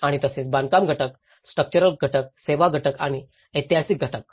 आणि तसेच बांधकाम घटक स्ट्रक्चरल घटक सेवा घटक आणि ऐतिहासिक घटक